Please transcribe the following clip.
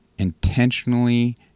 intentionally